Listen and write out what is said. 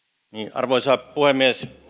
arvoisa puhemies